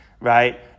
Right